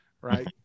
right